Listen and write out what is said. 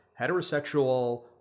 heterosexual